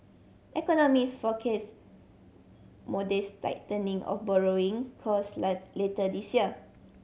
economist forecast modest tightening of borrowing cost later this year